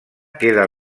queda